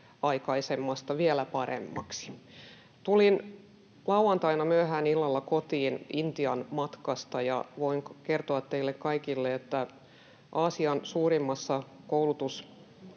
aikaisemmasta vielä paremmaksi. Tulin lauantaina myöhään illalla kotiin Intian matkalta, ja voin kertoa teille kaikille, että Aasian suurimmassa